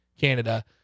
Canada